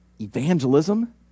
evangelism